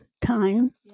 time